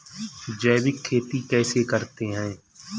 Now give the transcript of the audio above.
जैविक खेती कैसे करते हैं?